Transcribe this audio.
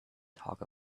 talk